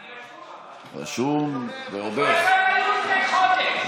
אתה רשום, לפני חודש.